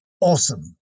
awesome